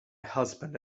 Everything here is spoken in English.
husband